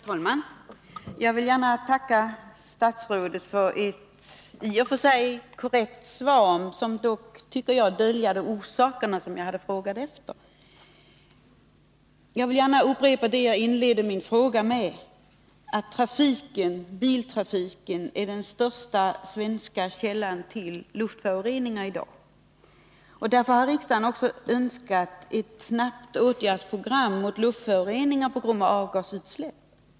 Herr talman! Jag vill gärna tacka statsrådet för ett i och för sig korrekt svar som dock, tycker jag, döljer orsakerna som jag hade frågat efter. Jag upprepar vad jag inledde min fråga med: ”Trafiken är i dag den största källan till luftföroreningar i Sverige.” Därför har riksdagen också önskat ett snabbt åtgärdsprogram mot luftföroreningar på grund av avgasutsläpp.